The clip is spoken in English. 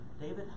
David